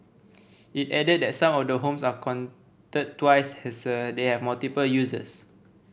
it added that some of the homes are counted twice as they have multiple uses